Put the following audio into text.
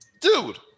Dude